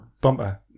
Bumper